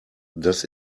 das